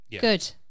Good